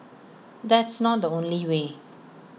that's not the only way